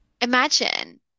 Imagine